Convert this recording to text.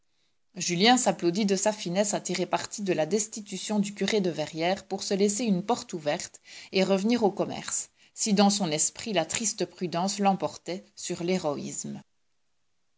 julien s'applaudit de sa finesse à tirer parti de la destitution du curé de verrières pour se laisser une porte ouverte et revenir au commerce si dans son esprit la triste prudence l'emportait sur l'héroïsme